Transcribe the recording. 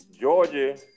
Georgia